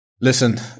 Listen